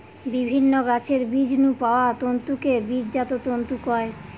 বিভিন্ন গাছের বীজ নু পাওয়া তন্তুকে বীজজাত তন্তু কয়